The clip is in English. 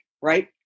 right